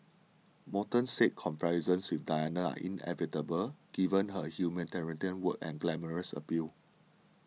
Morton says comparisons with Diana are inevitable given her humanitarian work and glamorous appeal